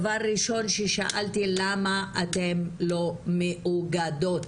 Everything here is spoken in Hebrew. דבר ראשון ששאלתי למה אתן לא מאוגדות?